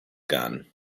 gun